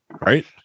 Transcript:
right